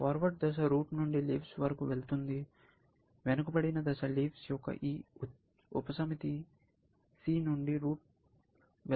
forward దశ root నుండి leaves వరకు వెళుతుంది వెనుకబడిన దశ లీవ్స్ యొక్క ఈ ఉపసమితి c నుండి రూట్కి వెళుతుంది